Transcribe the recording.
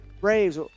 Braves